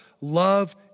love